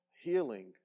healing